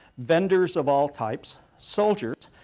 vendors of all types, soldiers,